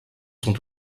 sont